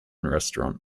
restaurant